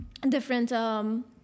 different